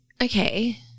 okay